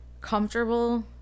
comfortable